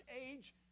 age